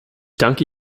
danke